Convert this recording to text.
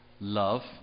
love